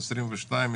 2022,